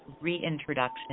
reintroduction